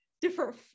different